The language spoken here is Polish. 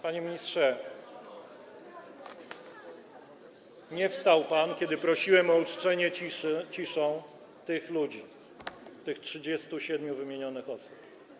Panie ministrze, nie wstał pan, kiedy prosiłem o uczczenie ciszą tych ludzi, tych 37 wymienionych osób.